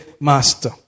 Master